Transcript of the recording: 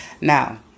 Now